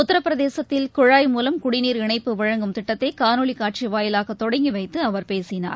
உத்தரபிரதேசத்தில் குழாய் மூலம் குடிநீர் இணைப்பு வழங்கும் திட்டத்தை னணொளி காட்சி வாயிலாக தொடங்கி வைத்துஅவர் பேசினார்